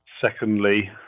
Secondly